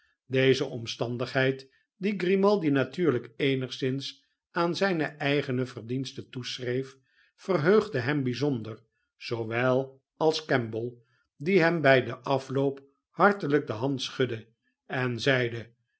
deze omstandigheid die grimaldi natuurlijk eenigszins aan zijne eigene verdienste toeschreef verheugde hem bijzonder zoowel als kemble die hem bij den afloop hartelijk de hand schudde en zeide